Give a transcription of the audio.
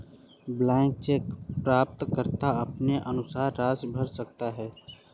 blank cheque प्राप्तकर्ता अपने अनुसार राशि भर सकता है